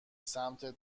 سمتت